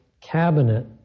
cabinet